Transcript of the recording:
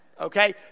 Okay